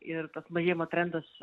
ir tas mažėjimo trendas